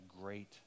great